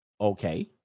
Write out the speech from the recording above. Okay